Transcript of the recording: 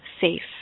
safe